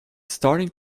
starting